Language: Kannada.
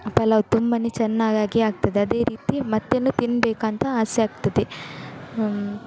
ಆ ಪಲಾವು ತುಂಬನೇ ಚೆನ್ನಾಗಾಗಿ ಆಗ್ತದೆ ಅದೇ ರೀತಿ ಮತ್ತೊಮ್ಮೆ ತಿನ್ನಬೇಕಂತ ಆಸೆಯಾಗ್ತದೆ